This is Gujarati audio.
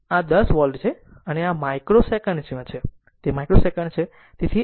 તેથી આ 10 વોલ્ટ છે અને આ માઇક્રો સેકંડ માં છે તે માઇક્રો સેકન્ડ છે